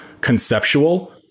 conceptual